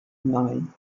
nine